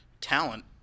talent